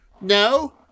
No